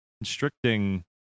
constricting